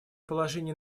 положение